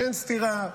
שאין סתירה.